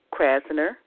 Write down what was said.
Krasner